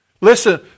Listen